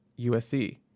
USC